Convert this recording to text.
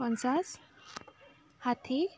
পঞ্চাছ ষাঠি